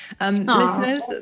listeners